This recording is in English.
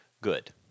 good